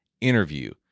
interview